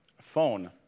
Phone